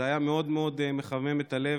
זה היה מאוד מחמם את הלב.